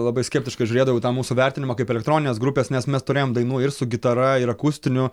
labai skeptiškai žiūrėdavau į tą mūsų vertinimą kaip elektroninės grupės nes mes turėjom dainų ir su gitara ir akustinių